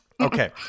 okay